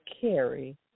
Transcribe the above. carry